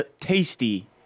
tasty